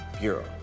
Bureau